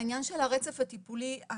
העניין של הרצף הטיפולי,